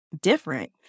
different